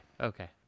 Okay